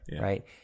right